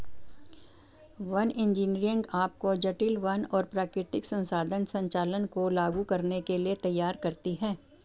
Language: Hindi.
वन इंजीनियरिंग आपको जटिल वन और प्राकृतिक संसाधन संचालन को लागू करने के लिए तैयार करती है